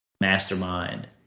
mastermind